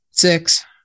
Six